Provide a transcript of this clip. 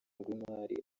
rw’imari